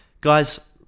Guys